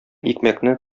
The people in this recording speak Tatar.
икмәкне